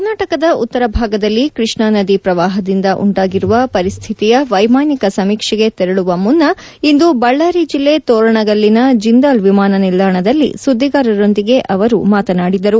ಕರ್ನಾಟದ ಉತ್ತರ ಭಾಗದಲ್ಲಿ ಕೃಷ್ಣಾ ನದಿ ಪ್ರವಾಹದಿಂದ ಉಂಟಾಗಿರುವ ಪರಿಸ್ಹಿತಿಯ ವೈಮಾನಿಕ ಸಮೀಕ್ಷೆಗೆ ತೆರಳುವ ಮುನ್ನ ಇಂದು ಬಳ್ಳಾರಿ ಜಿಲ್ಲೆ ತೋರಣಗಲ್ಲಿನ ಜಿಂದಾಲ್ ವಿಮಾನ ನಿಲ್ದಾಣದಲ್ಲಿ ಸುದ್ದಿಗಾರರೊಂದಿಗೆ ಅವರು ಮಾತನಾಡಿದರು